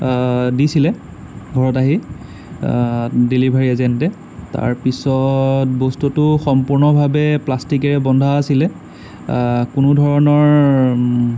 দিছিলে ঘৰত আহি ডেলিভাৰি এজেণ্টে তাৰপিছত বস্তুটো সম্পূৰ্ণভাবে প্লাষ্টিকেৰে বন্ধা আছিলে কোনো ধৰণৰ